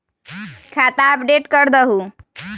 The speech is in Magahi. खाता अपडेट करदहु?